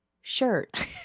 shirt